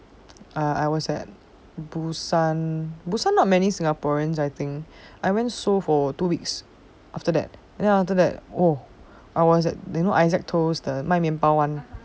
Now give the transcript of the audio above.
uh I was at busan busan not many singaporeans I think I went seoul for two weeks after that then after that oh I was at the you know isaac toast the 买面包 one